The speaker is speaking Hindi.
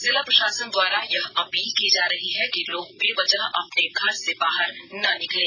जिला प्रशासन द्वारा यह अपील की जा रही है कि लोग बेवजह अपने घर से बाहर न निकलें